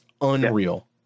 unreal